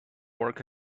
work